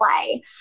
play